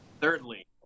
Thirdly